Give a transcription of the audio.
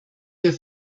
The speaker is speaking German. wir